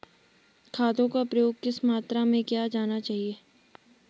खादों का प्रयोग किस मात्रा में किया जाना चाहिए?